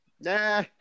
Nah